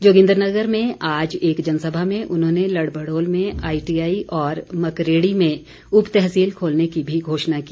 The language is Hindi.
जोगिन्द्रनगर में आज एक जनसभा में उन्होंने लड़भड़ोल में आईटीआई और मकरेड़ी में उप तहसील खोलने की भी घोषणा की